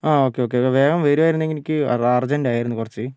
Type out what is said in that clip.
ആ okay okay വേഗം വരുമായിരുന്നെങ്കിൽ എനിക്ക് അർജെൻ്റ് ആയിരുന്നു കുറച്ച്